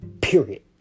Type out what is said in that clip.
Period